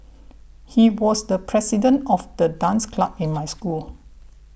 he was the president of the dance club in my school